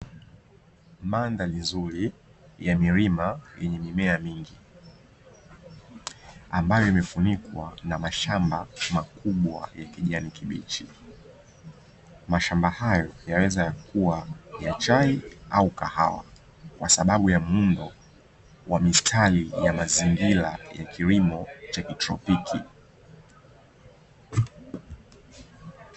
Mandhari nzuri ya milima yenye mimea mingi ambayo imefunikwa na mashamba makubwa ya kijani kibichi. Mashamba hayo yaweza kuwa ya chai au kahawa kwa sababu ya muundo wa mistari ya mazingira ya kilimo cha kitropiki.